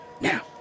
Now